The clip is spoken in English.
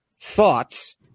thoughts